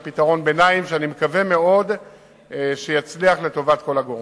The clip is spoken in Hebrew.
שאני מקווה מאוד שיצליח לטובת כל הגורמים.